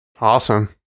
Awesome